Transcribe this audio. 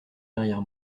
derrière